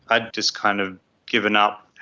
i'd just kind of given up,